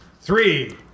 Three